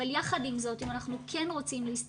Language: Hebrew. אבל יחד עם זאת אם אנחנו כן רוצים להסתכל